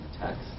text